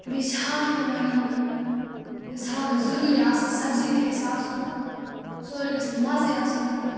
بیٚیہِ چھِ ہاکھ یِوان رَننہٕ یُس ہاکھ گَژھِ ضٔروٗری آسٕںۍ سبزی تہِ گژھِ آسُن سورُے گژھِ نہٕ مازٕے آسُن کینٛہہ